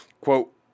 Quote